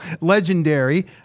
legendary